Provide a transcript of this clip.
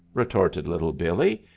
retorted little billee.